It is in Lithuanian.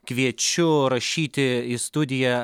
kviečiu rašyti į studiją